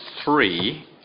three